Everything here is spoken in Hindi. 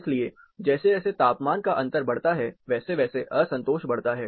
इसलिए जैसे जैसे तापमान का अंतर बढ़ता है वैसे वैसे असंतोष बढ़ता है